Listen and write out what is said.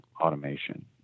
automation